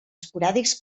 esporàdics